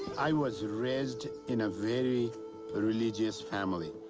i was raised in a very religious family.